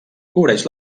cobreix